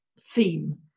theme